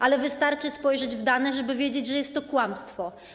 Ale wystarczy spojrzeć na dane, żeby wiedzieć, że jest to kłamstwo.